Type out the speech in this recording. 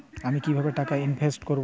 আমি কিভাবে টাকা ইনভেস্ট করব?